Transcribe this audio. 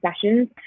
sessions